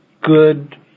good